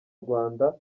rwanda